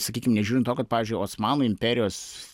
sakykim nežiūrint to kad pavyzdžiui osmanų imperijos